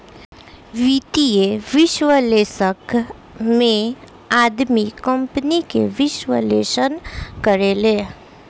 वित्तीय विश्लेषक में आदमी कंपनी के विश्लेषण करेले